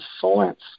science